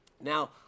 Now